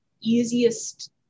easiest